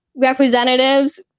representatives